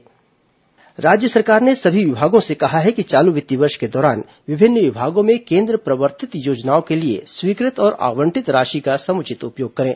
मुख्य सचिव समीक्षा बैठक राज्य सरकार ने सभी विभागों से कहा है कि चालू वित्तीय वर्ष के दौरान विभिन्न विभागों में केन्द्र प्रवर्तित योजनाओं के लिए स्वीकृत और आवंटित राशि का समुचित उपयोग करें